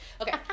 okay